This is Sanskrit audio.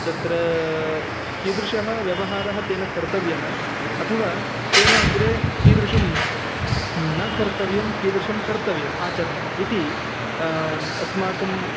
तत्र कीदृशः व्यवहारः तेन कर्तव्यः अथवा तेन अग्रे कीदृशं न कर्तव्यं कीदृशं कर्तव्यम् आचरणम् इति अस्माकम्